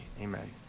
amen